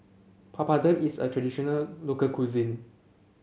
Papadum is a traditional local cuisine